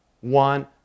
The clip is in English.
one